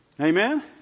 Amen